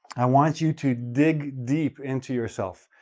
i want you to dig deep into yourself.